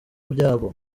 byabo